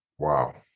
Wow